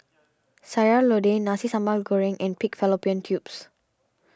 Sayur Lodeh Nasi Sambal Goreng and Pig Fallopian Tubes